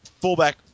fullback